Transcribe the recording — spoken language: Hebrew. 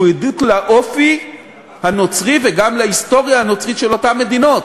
שהוא עדות לאופי הנוצרי וגם להיסטוריה הנוצרית של אותן מדינות.